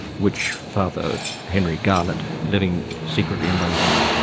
which father henry garnet, living secretly in london,